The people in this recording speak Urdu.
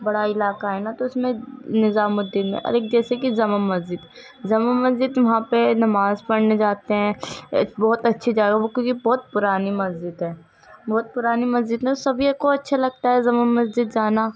بڑا علاقہ ہے نا تو اس میں نظام الدین میں اور ایک جیسے کہ جامع مسجد جامع مسجد وہاں پہ نماز پڑھنے جاتے ہیں ایک بہت اچھی جگہ ہے کیونکہ وہ بہت پرانی مسجد ہے بہت پرانی مسجد میں سبھی کو اچھا لگتا ہے جامع مسجد جانا